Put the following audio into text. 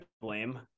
blame